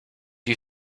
you